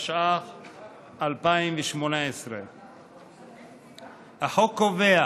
התשע"ח 2018. החוק קובע